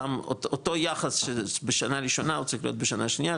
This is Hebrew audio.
אותו יחס שבשנה ראשונה הוא צריך להיות בשנה השנייה,